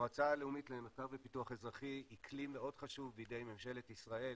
המועצה הלאומית למחקר ופיתוח אזרחי היא כלי מאוד חשוב בידי ממשלת ישראל